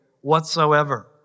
whatsoever